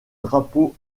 drapeau